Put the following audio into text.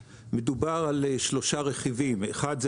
מדובר על שלושה רכיבים כאשר האחד הוא